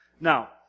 Now